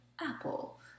apple